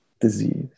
disease